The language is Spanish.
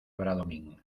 bradomín